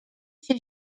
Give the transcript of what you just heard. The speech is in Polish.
się